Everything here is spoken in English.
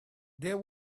there